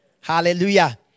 Hallelujah